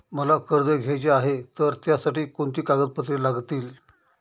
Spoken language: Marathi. मला कर्ज घ्यायचे आहे तर त्यासाठी कोणती कागदपत्रे लागतील?